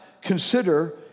consider